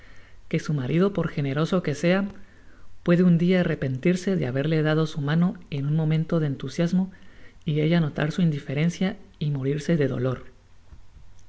que su marido por generoso que sea puede un dia arrepentirse de haberle dado su mano en un momento de entusiasmo y ella notar su indiferencia y morirse de dolor